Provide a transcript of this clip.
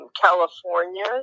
California